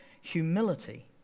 humility